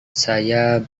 saya